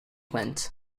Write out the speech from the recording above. went